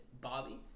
Bobby